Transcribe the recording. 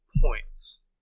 points